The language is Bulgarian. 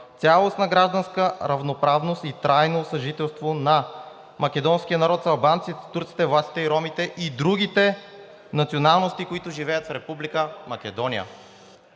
цялостна гражданска равноправност и трайно съжителство на македонския народ с албанците, турците, власите и ромите, и другите националности, които живеят в Република Македония.“